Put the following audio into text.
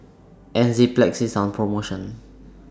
Enzyplex IS on promotion